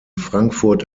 frankfurt